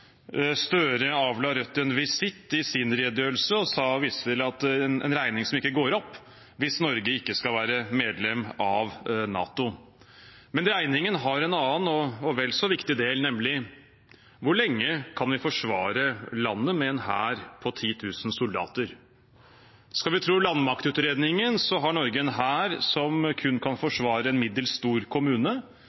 Støre avla Rødt en visitt i sin redegjørelse og viste til en regning som ikke går opp hvis Norge ikke skal være medlem av NATO. Men regningen har en annen og vel så viktig del, nemlig hvor lenge vi kan forsvare landet med en hær på 10 000 soldater. Skal vi tro landmaktutredningen, har Norge en hær som kun kan forsvare en middels stor kommune,